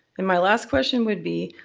and my last question would be,